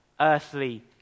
earthly